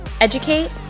educate